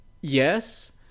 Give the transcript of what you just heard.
yes